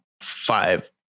five